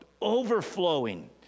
overflowing